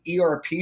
ERP